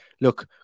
look